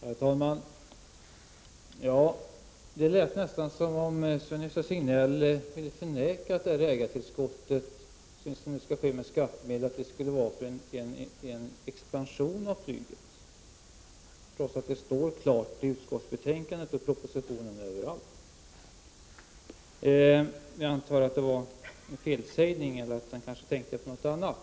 Herr talman! Det lät nästan som om Sven-Gösta Signell ville förneka att det ägartillskott som nu skall ske med skattemedel skall användas till expansion av flyget, trots att det står klart i bl.a. utskottsbetänkandet och propositionen. Jag antar att det var en felsägning eller att Sven-Gösta Signell tänkte på något annat.